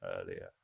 earlier